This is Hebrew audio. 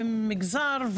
מגזר,